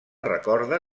recorda